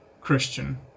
Christian